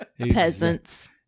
peasants